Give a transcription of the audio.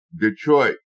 Detroit